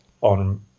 on